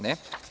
Ne.